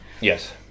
Yes